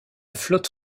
flotte